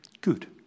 Good